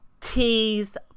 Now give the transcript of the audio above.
teased